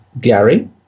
Gary